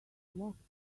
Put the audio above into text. locked